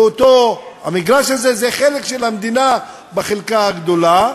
המגרש הזה הוא חלק של המדינה בחלקה הגדולה.